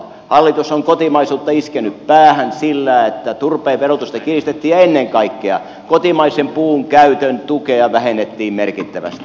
hallitus on kotimaisuutta iskenyt päähän sillä että turpeen verotusta kiristettiin ja ennen kaikkea kotimaisen puun käytön tukea vähennettiin merkittävästi